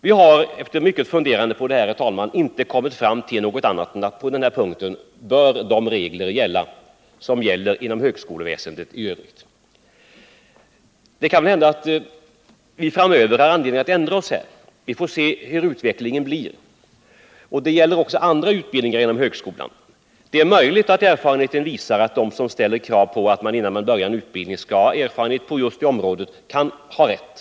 Vi har efter mycket funderande inte kommit fram till något annat än att på denna punkt bör de regler gälla som gäller inom högskoleväsendet i övrigt. Vi kanske framöver får anledning att ändra inställning. Vi får se hurdan utvecklingen blir. Detta gäller också andra utbildningar inom högskolan. Det är möjligt att erfarenheten kommer att visa att de som ställer krav på att man Nr 50 innan man börjar en utbildning skall ha erfarenhet på just det området har Onsdagen den rätt.